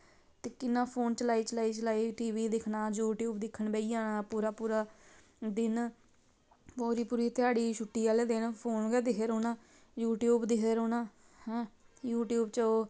ते किन्ना फोन चलाई चलाई चलाई टी वी दिक्खना यू टयूव दिक्खन बेही जाना पूरा पूरा दिन पूरू परू ध्याढ़ी छट्टी आह्ले दिन फोन गै दिखदे रौह्ना यू टयूव दिखदे रौह्ना ते यू टयूव च